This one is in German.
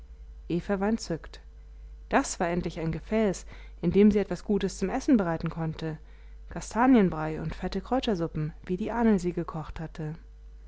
war entzückt das war endlich ein gefäß in dem sie etwas gutes zum essen bereiten konnte kastanienbrei und fette kräutersuppen wie die ahnl sie gekocht hatte